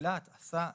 באילת עשה הפרה,